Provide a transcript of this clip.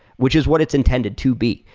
which is what it's intended to be.